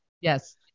Yes